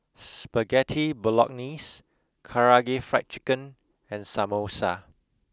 Spaghetti bolognese karaage fried chicken and samosa